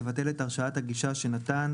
לבטל את הרשאתך הגישה שנתן,